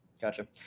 Gotcha